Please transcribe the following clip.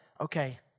okay